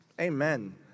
Amen